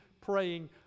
praying